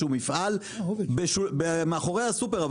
שהוא מפעל מאחורי הסופר,